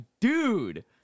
dude